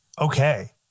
Okay